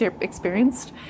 experienced